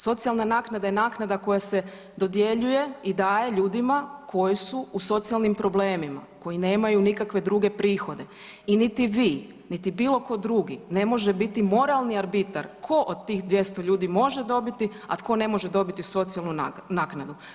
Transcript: Socijalna naknada je naknada koja se dodjeljuje i daje ljudima koji su u socijalnim problemima koji nemaju nikakve druge prihode i niti vi niti bilo tko drugi ne može biti moralni arbitar ko od tih 200 ljudi može dobiti, a tko ne može dobiti socijalnu naknadu.